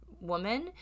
woman